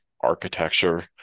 architecture